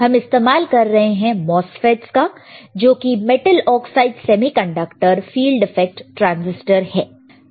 हम इस्तेमाल कर रहे हैं MOSFET's का जो कि metal oxide semiconductor field effect transistor है